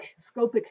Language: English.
scopic